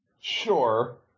Sure